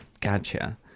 Gotcha